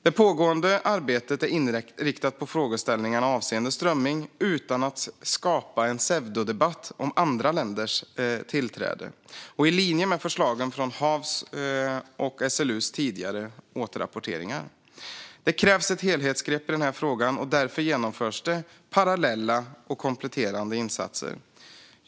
Det pågående arbetet är inriktat på frågeställningarna avseende strömming utan att skapa en pseudodebatt om andra länders tillträde och i linje med förslagen från HaV:s och SLU:s tidigare återrapporteringar. Det krävs ett helhetsgrepp i den här frågan, och därför genomförs det parallella och kompletterande insatser.